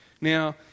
Now